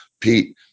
Pete